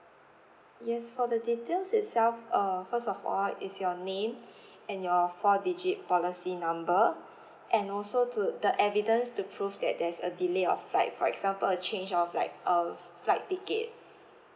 yes for the details itself uh first of all it's your name and your four digit policy number and also to the evidence to prove that there's a delay of flight for example a change of like uh flight ticket